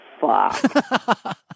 fuck